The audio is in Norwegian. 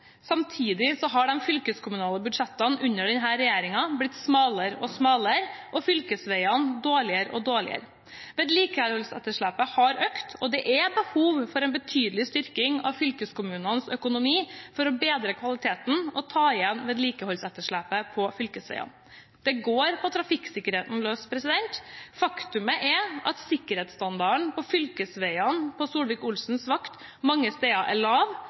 har de fylkeskommunale budsjettene under denne regjeringen blitt smalere og smalere og fylkesvegene dårligere og dårligere. Vedlikeholdsetterslepet har økt, og det er behov for en betydelig styrking av fylkeskommunenes økonomi for å bedre kvaliteten og ta igjen vedlikeholdsetterslepet på fylkesvegene. Det går på trafikksikkerheten løs. Faktum er at sikkerhetsstandarden på fylkesvegene på Solvik-Olsens vakt mange steder er lav,